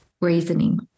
reasoning